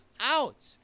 out